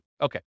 Okay